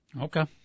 Okay